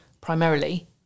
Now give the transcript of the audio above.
primarily